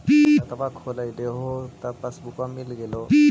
खतवा खोलैलहो तव पसबुकवा मिल गेलो?